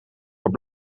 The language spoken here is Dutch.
haar